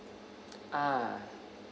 ah